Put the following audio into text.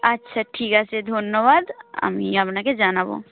আচ্ছা ঠিক আছে ধন্যবাদ আমি আপনাকে জানাব